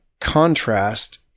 contrast